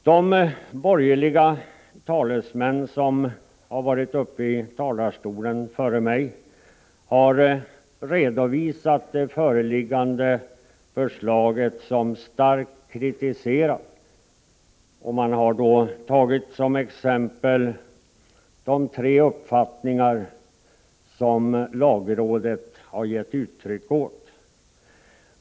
De borgerliga talesmän som har varit uppe i talarstolen före mig har redovisat det föreliggande förslaget som starkt kritiserat. Man har då tagit som exempel de tre uppfattningar som lagrådet har givit uttryck åt.